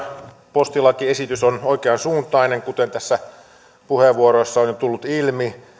postilakiesitys on oikean suuntainen kuten tässä puheenvuoroissa on jo tullut ilmi